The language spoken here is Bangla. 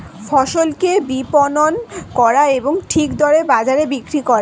ফসলকে বিপণন করা এবং ঠিক দরে বাজারে বিক্রি করা